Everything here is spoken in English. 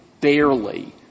Barely